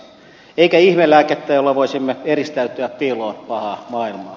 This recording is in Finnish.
eikä ihmelääkettä jolla voisimme eristäytyä piiloon pahaa maailmaa